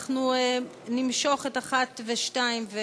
את 1 ו-2 נמשוך,